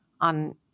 on